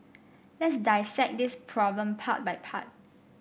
let's dissect this problem part by part